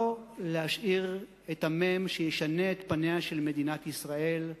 לא להשאיר את המ"ם שישנה את פניה של מדינת ישראל,